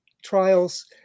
trials